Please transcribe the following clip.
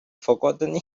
forgotten